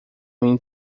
mim